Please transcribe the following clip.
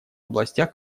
областях